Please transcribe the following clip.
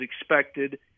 expected